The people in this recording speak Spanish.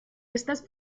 estas